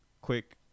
quick